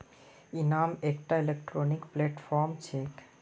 इनाम एकटा electronic platform छेक